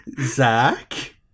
Zach